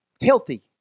Healthy